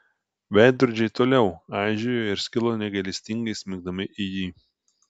veidrodžiai toliau aižėjo ir skilo negailestingai smigdami į jį